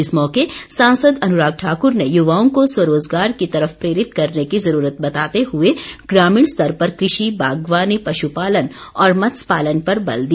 इस मौके सांसद अनुराग ठाक्र ने युवाओं को स्वरोजगार की तरफ प्रेरित करने की ज़रूरत बताते हुए ग्रामीण स्तर पर कृषि बागवानी पशुपालन और मत्स्य पालन पर बल दिया